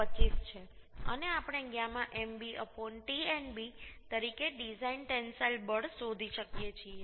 25 છે અને આપણે γ mb Tnb તરીકે ડિઝાઇન ટેન્સાઇલ બળ શોધી શકીએ છીએ